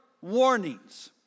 warnings